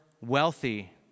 wealthy